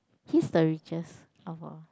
he's the richest of all